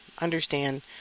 understand